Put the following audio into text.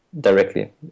directly